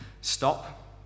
stop